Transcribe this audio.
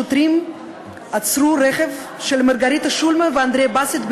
שוטרים עצרו את הרכב של מרגריטה שולמן ואנדרי בסין,